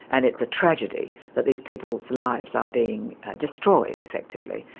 and it's a tragedy that these people's lives are being destroyed, effectively,